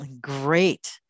Great